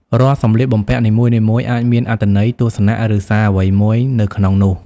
រាល់សម្លៀកបំពាក់នីមួយៗអាចមានអត្ថន័យ ទស្សនៈ ឬសារអ្វីមួយនៅក្នុងនោះ។